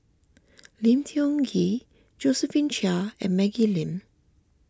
Lim Tiong Ghee Josephine Chia and Maggie Lim